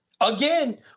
Again